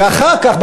ואחר כך,